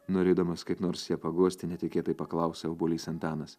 norėdamas kaip nors ją paguosti netikėtai paklausė obuolys antanas